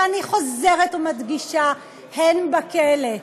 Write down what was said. ואני חוזרת ומדגישה: הן בכלא.